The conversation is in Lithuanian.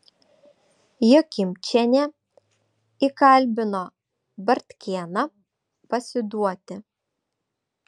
jokimčienė įkalbino bartkėną pasiduoti